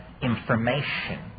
information